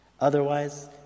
Otherwise